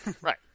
Right